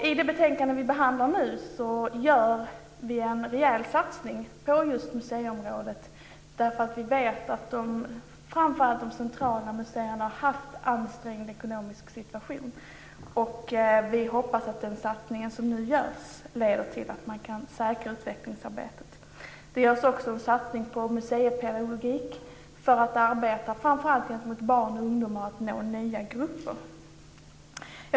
I det betänkande som vi behandlar nu gör vi en rejäl satsning på just museiområdet, därför att vi vet att framför allt de centrala museerna haft en ansträngd ekonomisk situation. Vi hoppas att den satsning som nu görs leder till att man kan säkra utvecklingsarbetet. Det görs också en satsning på museipedagogik för att arbeta framför allt gentemot barn och ungdomar, för att nå nya grupper.